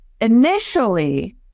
initially